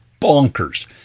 bonkers